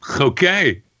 Okay